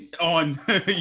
on